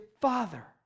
Father